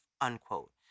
Unquote